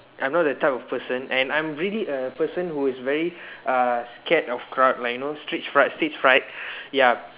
I'm not that type of person and I'm really a person who is very uh scared of crowd like you know stage fright stage fright ya